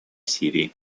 сирии